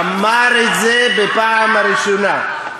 אמר את זה בפעם הראשונה.